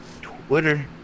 twitter